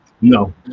No